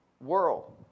world